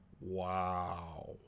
wow